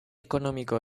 ekonomiko